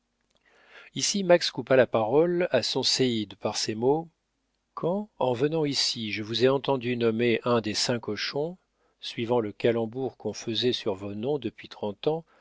ici max coupa la parole à son séide par ces mots quand en venant ici je vous ai entendu nommer un des cinq hochons suivant le calembour qu'on faisait sur vos noms depuis trente ans